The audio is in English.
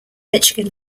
michigan